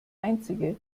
einzige